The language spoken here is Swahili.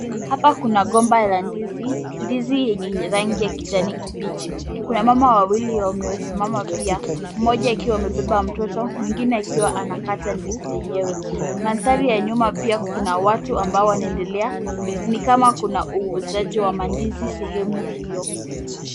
Hapa kuna gomba la ndizi, ndizi lenye rangi ya kijani kibichi. Kuna mama wawili wamesimama pia moja akiwa amebeba mtoto, mwingine akiwa anakata ndizi lenyewe. Mandari ya nyuma pia kuna watu ambao wanaendelea, ni kama kuna uuzaji wa mandizi sehemu hiyo.